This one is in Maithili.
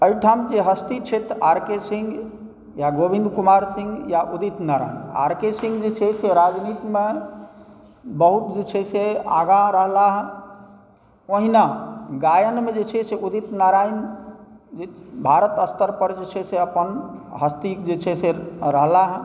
एहिठाम जे हस्ती छथि आर के सिंह या गोविन्द कुमार सिंह या उदित नारायण आर के सिंह जे छै से राजनीतिमे बहुत जे छै से आगाँ रहला हँ ओहिना गायनमे जे छै से उदित नारायण भारत स्तर पर जे छै से अपन हस्तीके जे छै से रहला हँ